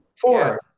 Four